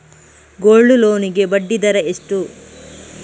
Gold loan ಗೆ ಬಡ್ಡಿ ದರ ಎಷ್ಟು?